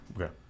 Okay